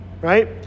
right